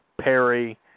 Perry